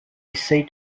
essaye